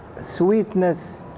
sweetness